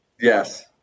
Yes